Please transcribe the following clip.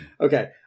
Okay